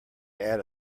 add